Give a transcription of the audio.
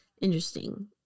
Interesting